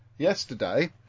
Yesterday